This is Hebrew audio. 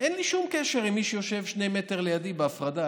אין לי שום קשר למי שיושב שני מטר לידי, בהפרדה.